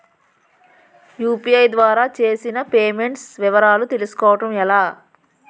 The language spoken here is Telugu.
యు.పి.ఐ ద్వారా చేసిన పే మెంట్స్ వివరాలు తెలుసుకోవటం ఎలా?